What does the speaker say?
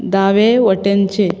दावे वटेनचें